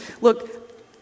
look